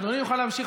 אדוני יוכל להמשיך,